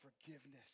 forgiveness